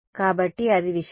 కాబట్టి అది విషయం